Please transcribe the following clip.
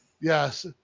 Yes